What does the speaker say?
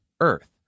Earth